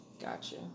Gotcha